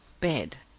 bed?